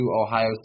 Ohio